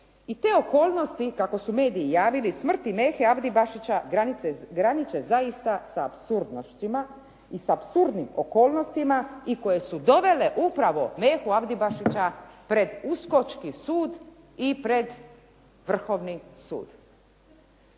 I te okolnosti kako su mediji javili smrti Mehe Abdibašića graniče zaista sa apsurdnostima i sa apsurdnim okolnostima i koje su dovele upravo Mehu Abdibašića pred uskočki sud i pred Vrhovni sud.